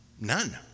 none